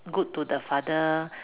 good to the father